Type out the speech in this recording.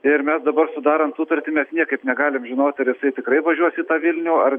ir mes dabar sudarant sutartį mes niekaip negalim žinoti ar jisai tikrai važiuos į tą vilnių ar